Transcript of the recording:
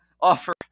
offer